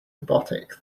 robotic